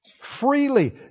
freely